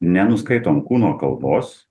nenuskaitom kūno kalbos